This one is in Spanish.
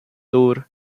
tour